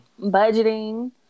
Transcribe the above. budgeting